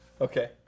Okay